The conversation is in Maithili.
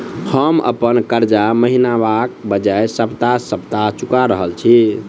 हम अप्पन कर्जा महिनाक बजाय सप्ताह सप्ताह चुका रहल छि